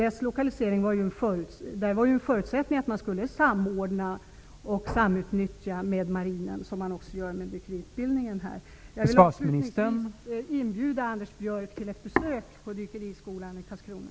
En förutsättning för den lokaliseringen var att man skulle samordna och samutnyttja tillsammans med marinen, vilket man också gör med dykutbildningen. Avslutningsvis vill jag inbjuda Anders Björck till ett besök på Dykeriskolan i Karlskrona.